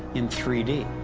in three d.